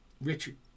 Richard